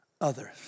others